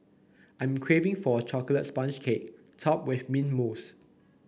I am craving for a chocolate sponge cake topped with mint mousse